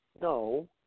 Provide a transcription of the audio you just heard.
no